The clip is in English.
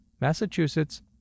Massachusetts